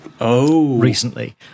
recently